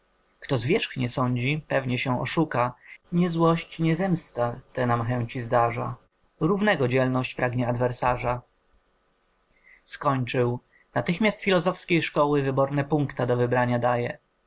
kto zwierzchnie sądzi pewnie się oszuka nie złość nie zemsta te nam chęci zdarza równego dzielność pragnie adwersarza skończył natychmiast filozowskiej szkoły wyborne punkta do wybrania daje